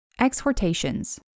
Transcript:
Exhortations